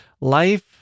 life